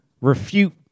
refute